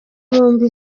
bombi